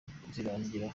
vuba